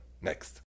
Next